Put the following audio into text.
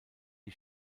die